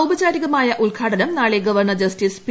ഔപചാരികമായ ഉദ്ഘാടനം നാളെ ഗവർണർ ജസ്റ്റിസ് പി